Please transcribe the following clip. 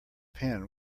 pen